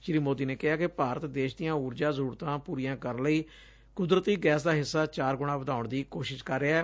ਸ੍ਰੀ ਮੋਦੀ ਨੇ ਕਿਹਾ ਕਿ ਭਾਰਤ ਦੇਸ਼ ਦੀਆਂ ਉਰਜਾ ਜ਼ਰੁਰਤਾਂ ਪੁਰੀਆਂ ਕਰਨ ਲਈ ਕੁਦਰਤੀ ਗੈਸ ਦਾ ਹਿੱਸਾ ਚਾਰ ਗੁਣਾ ਵਧਾਉਣ ਦੀ ਕੋਸ਼ਿਸ਼ ਕਰ ਰਿਹੈ